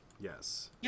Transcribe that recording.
Yes